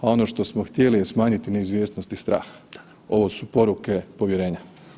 A ono što smo htjeli je smanjiti neizvjesnost i strah, ovo su poruke povjerenja.